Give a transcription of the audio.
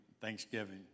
Thanksgiving